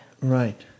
Right